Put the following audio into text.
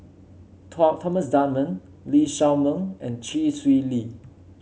Thomas Dunman Lee Shao Meng and Chee Swee Lee